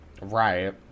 Right